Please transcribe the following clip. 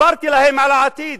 סיפרתי להם על העתיד.